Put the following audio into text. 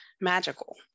magical